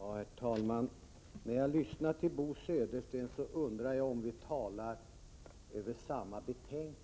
Herr talman! När jag lyssnar till Bo Södersten, undrar jag om vi talar över samma betänkande.